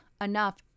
enough